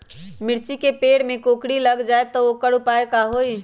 मिर्ची के पेड़ में कोकरी लग जाये त वोकर उपाय का होई?